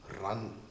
run